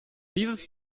dieses